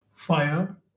fire